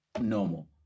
normal